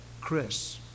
Chris